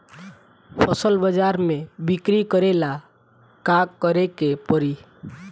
फसल बाजार मे बिक्री करेला का करेके परी?